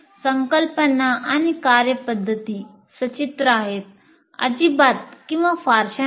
संकल्पना आणि कार्यपद्धती सचित्र आहेत अजिबात किंवा फारशा नाहीत